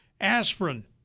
aspirin